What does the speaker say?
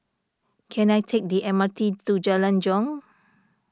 can I take the M R T to Jalan Jong